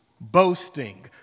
Boasting